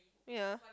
ya